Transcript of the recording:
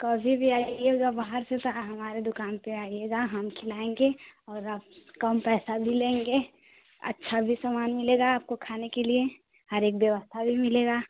कभी भी आइएगा बाहर से तो हमारे दुकान पर आइएगा हम खिलाएंगे और आप कम पैसा भी लेंगे अच्छा भी सामान मिलेगा आपको खाने के लिए हर एक व्यवस्था भी मिलेगा